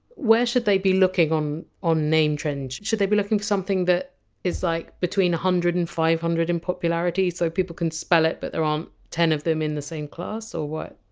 where should they be looking on on name trends? should they be looking for something that is eg like between a hundred and five hundred in popularity, so people can spell it but there aren't ten of them in the same class, or what?